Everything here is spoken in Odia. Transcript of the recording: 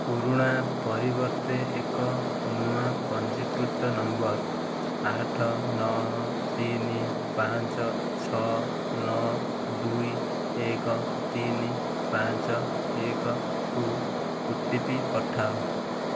ପୁରୁଣା ପରିବର୍ତ୍ତେ ଏକ ନୂଆ ପଞ୍ଜୀକୃତ ନମ୍ବର୍ ଆଠ ନଅ ତିନି ପାଞ୍ଚ ଛଅ ନଅ ଦୁଇ ଏକ ତିନି ପାଞ୍ଚ ଏକକୁ ଓ ଟି ପି ପଠାଅ